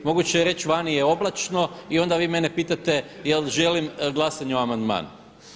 Moguće je reći vani je oblačno i onda vi mene pitate jel' želim glasanje o amandmanu.